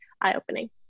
eye-opening